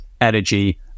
energy